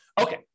Okay